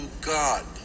God